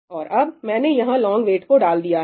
और अब मैंने यहां लोंग वेट को डाल दिया है